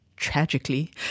tragically